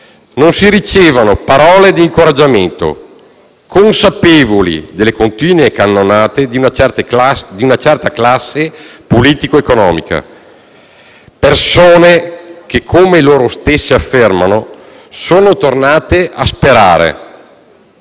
non si ricevano parole di incoraggiamento, consapevoli delle continue cannonate di una certa classe politico-economica. Persone che, come loro stesse affermano, sono tornate a sperare: